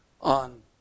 on